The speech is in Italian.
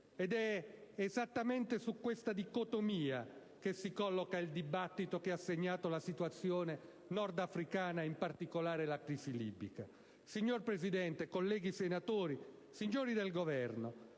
Ed è esattamente su questa dicotomia che si colloca il dibattito che ha segnato la situazione nordafricana e in particolare la crisi libica. Signor Presidente, colleghi senatori, signori del Governo,